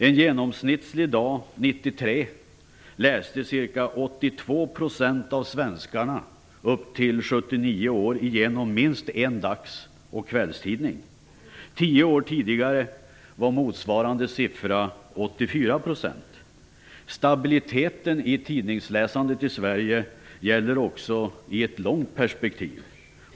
En genomsnittlig dag 1993 läste ca 82 % av svenskarna upp till 79 år igenom minst en dags och kvällstidning. Tio år tidigare var motsvarande siffra 84 %. Stabiliteten i tidningsläsandet i Sverige gäller också i ett långt perspektiv.